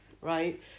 right